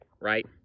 right